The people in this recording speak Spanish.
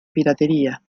piratería